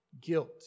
Guilt